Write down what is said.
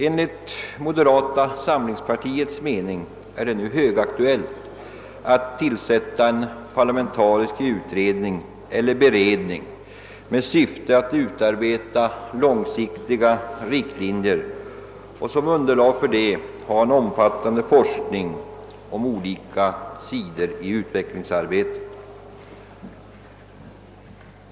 Enligt moderata samlingspartiets mening är det nu högaktuellt att tillsätta en parlamentarisk utredning eller beredning med syfte att utarbeta långsiktiga riktlinjer och att som underlag för dessa lägga en omfattande forskning om olika sidor i utvecklingsarbetet.